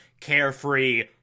carefree